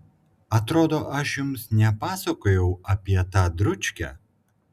atrodo aš jums nepasakojau apie tą dručkę